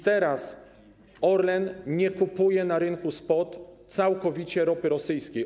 Teraz Orlen nie kupuje na rynku spot całkowicie ropy rosyjskiej.